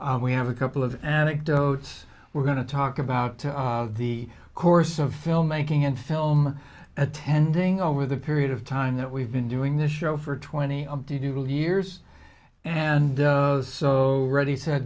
we have a couple of anecdotes we're going to talk about the course of filmmaking and film attending over the period of time that we've been doing this show for twenty years and so ready